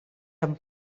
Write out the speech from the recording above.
amb